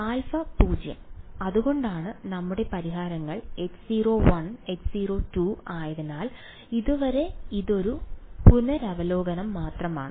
α 0 അതുകൊണ്ടാണ് നമ്മുടെ പരിഹാരങ്ങൾ H0 H0 ആയതിനാൽ ഇതുവരെ ഇതൊരു പുനരവലോകനം മാത്രമാണ്